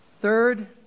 Third